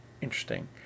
interesting